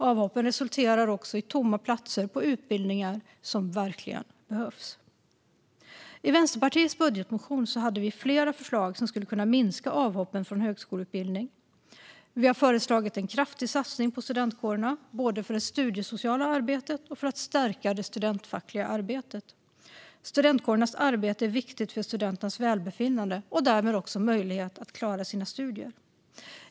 Avhoppen resulterar också i tomma platser på utbildningar som verkligen behövs. I Vänsterpartiets budgetmotion hade vi flera förslag som skulle kunna minska antalet avhopp från högskoleutbildning. Vi har föreslagit en kraftig satsning på studentkårerna, både för det studiesociala arbetet och för att stärka det studentfackliga arbetet. Studentkårernas arbete är viktigt för studenternas välbefinnande och därmed också för deras möjligheter att klara sina studier.